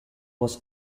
was